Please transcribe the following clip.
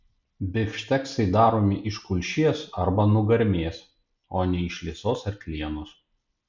bifšteksai daromi iš kulšies arba nugarmės o ne iš liesos arklienos